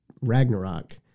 Ragnarok